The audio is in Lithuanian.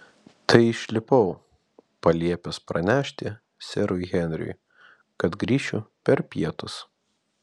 tai išlipau paliepęs pranešti serui henriui kad grįšiu per pietus